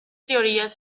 teorías